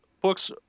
books